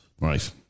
Right